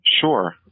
Sure